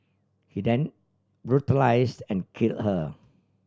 he then brutalise and kill her